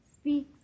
speaks